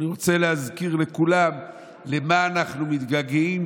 אני רוצה להזכיר לכולם למה אנחנו מתגעגעים,